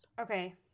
Okay